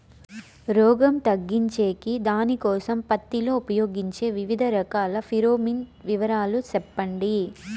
రోగం తగ్గించేకి దానికోసం పత్తి లో ఉపయోగించే వివిధ రకాల ఫిరోమిన్ వివరాలు సెప్పండి